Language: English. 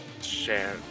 share